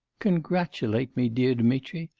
congratulate me, dear dmitri,